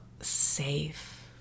safe